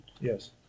Yes